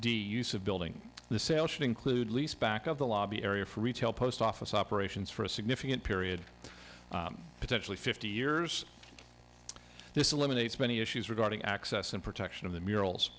d use of building the sale should include lease back of the lobby area for retail post office operations for a significant period potentially fifty years this eliminates many issues regarding access and protection of the murals